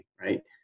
right